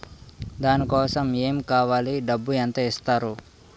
దాని కోసం ఎమ్ కావాలి డబ్బు ఎంత ఇస్తారు?